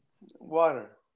Water